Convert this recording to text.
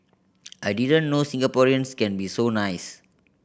I didn't know Singaporeans can be so nice